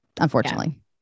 unfortunately